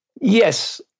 Yes